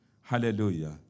Hallelujah